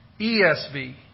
ESV